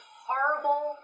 horrible